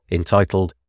entitled